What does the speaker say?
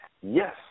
Yes